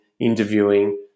interviewing